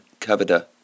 Kavada